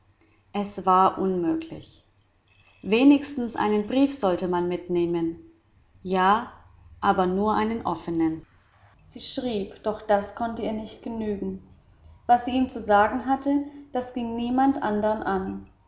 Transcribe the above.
es war unmöglich wenigstens einen brief sollte man mitnehmen ja aber nur einen offenen sie schrieb doch das konnte ihr nicht genügen was sie ihm zu sagen hatte das ging niemand andern an